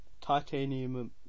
Titanium